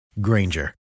Granger